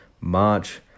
March